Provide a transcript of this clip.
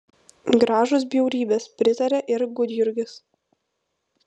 gražūs bjaurybės pritarė ir gudjurgis